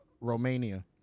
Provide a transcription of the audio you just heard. Romania